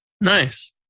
Nice